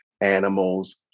animals